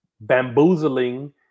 bamboozling